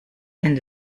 and